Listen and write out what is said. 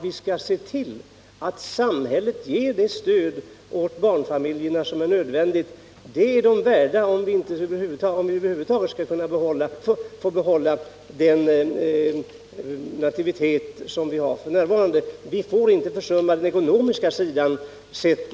Vi måste se till att samhället ger det stöd åt barnfamiljerna som är nödvändigt. Det är de värda, och stödet är en förutsättning för att vi skall kunna behålla den nuvarande nativiteten. Inte heller med tanke på befolkningsfrågan får vi försumma den ekonomiska sidan av saken.